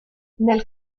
nel